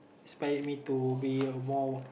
inspire me to be a more work